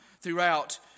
throughout